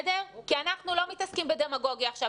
כי אנחנו לא מתעסקים בדמגוגיה עכשיו.